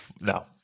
No